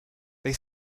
they